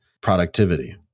productivity